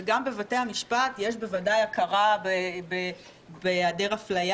וגם בבתי המשפט יש בוודאי הכרה בהיעדר אפליה